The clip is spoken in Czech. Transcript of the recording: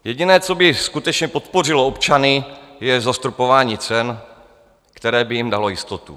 Jediné, co by skutečně podpořilo občany, je zastropování cen, které by jim dalo jistotu.